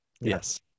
Yes